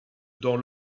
dans